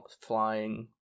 flying